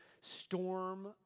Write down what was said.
storm